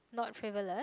not traveller